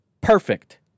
perfect